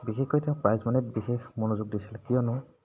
বিশেষকৈ তেওঁ প্ৰাইজমাণিত বিশেষ মনোযোগ দিছিলে কিয়নো